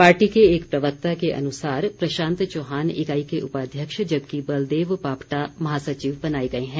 party के एक प्रवक्ता के अनुसार प्रशांत चौहान इकाई के उपाध्यक्ष जबकि बलदेव पापटा महासचिव बनाए गए हैं